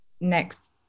next